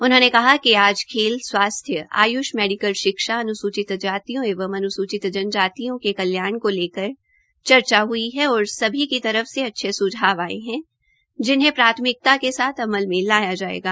उन्होंने कहा कि आज खेल स्वास्थ्य अन्सूचित एवं अन्सूचित जनजातियों के कल्याण को लेकर चर्चा ह्ई और सभी की तरफ से अच्छे स्झाव आये है जिनहें प्राथमिकता के साथ अमल में लाया जायेगा